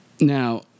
Now